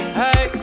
hey